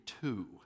two